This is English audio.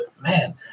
man